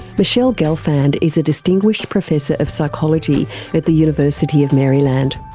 michele gelfand is a distinguished professor of psychology at the university of maryland.